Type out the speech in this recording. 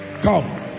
Come